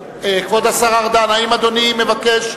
האם אדוני מבקש?